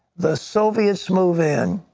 the soviets move in,